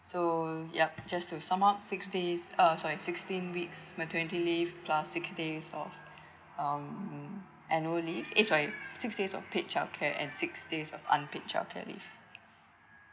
so yup just to sum up six days uh sorry sixteen weeks maternity leave plus six days of um annual leave eh sorry six days of paid childcare and six days of unpaid childcare leave